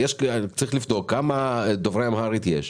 צריך לבדוק כמה דוברי אמהרית יש,